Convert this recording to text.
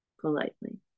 Politely